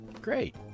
Great